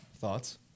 Thoughts